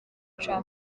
trump